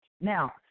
Now